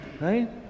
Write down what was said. right